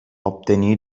obtenir